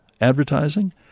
advertising